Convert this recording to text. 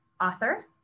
author